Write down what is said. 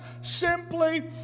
simply